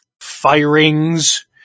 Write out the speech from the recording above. firings